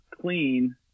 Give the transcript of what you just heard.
clean